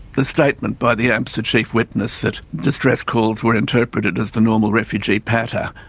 the statement by the amsa chief witness that distress calls were interpreted as the normal refugee patter,